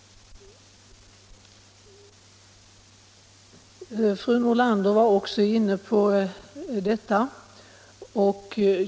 Fru Nordlander var också inne på detta.